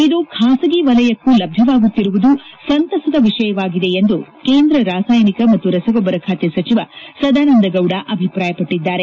ಇದು ಖಾಸಗಿ ವಲಯಕ್ಕೂ ಲಭ್ಯವಾಗುತ್ತಿರುವುದು ಸಂತಸದ ವಿಷಯವಾಗಿದೆ ಎಂದು ಕೇಂದ್ರ ರಾಸಾಯನಿಕ ಮತ್ತು ರಸಗೊಬ್ಬರ ಖಾತೆ ಸಚಿವ ಸದಾನಂದ ಗೌಡ ಅಭಿಪ್ರಾಯಪಟ್ಟದ್ದಾರೆ